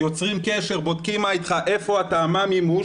יוצרים קשר, בודקים מה איתך, איפה אתה, מה מי מו.